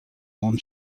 own